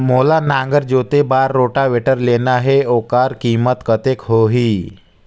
मोला नागर जोते बार रोटावेटर लेना हे ओकर कीमत कतेक होही?